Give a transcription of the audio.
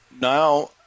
now